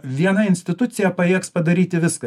viena institucija pajėgs padaryti viską